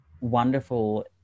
wonderful